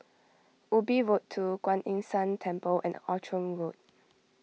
Ubi Road two Kuan Yin San Temple and Outram Road